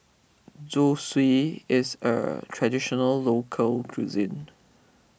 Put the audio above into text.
Zosui is a Traditional Local Cuisine